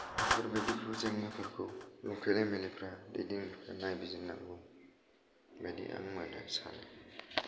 बेफोरबादिफोर जेंनाफोरखौ लकेल M L A फोरा दैदेन नायबिजिरनांगौ होन्ना आं सानो